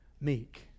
meek